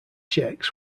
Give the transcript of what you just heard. checks